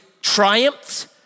triumphed